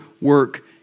work